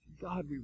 God